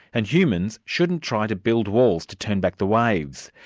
and humans shouldn't try to build walls to turn back the waves.